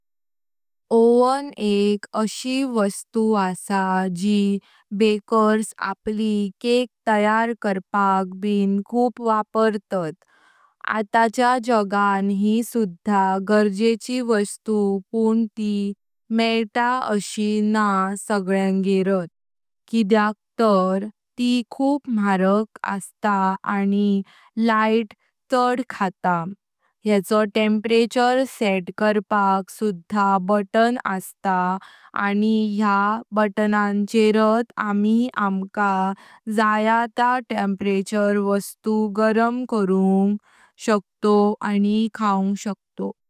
ओवन एक अशी वस्तु आसा जी बेकरस आपली केक तयार करपाक ब खूप वापरता। आत्ताच्या जगा यि सुधा गरजेची वस्तु, पण ती मयेता अशी न्हा सगळ्यांगर, किद्याक तर ती खूप मारक आस्ता आनि लाइट चड खाता। येको टेम्परेचर सेट करपाक सुधा बटन असतात। आनि या बटनांचेरत अमी आमका जया त्या तापमानाचेर वस्तु गरम करु शकतोव आनि खाऊं शकतोव।